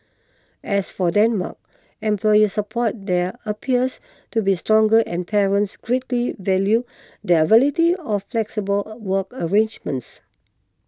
as for Denmark employer support there appears to be stronger and parents greatly value there availability of flexible work arrangements